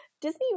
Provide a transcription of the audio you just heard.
Disney